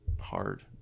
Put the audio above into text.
hard